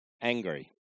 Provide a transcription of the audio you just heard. angry